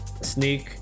sneak